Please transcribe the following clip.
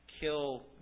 kill